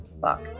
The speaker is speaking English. Fuck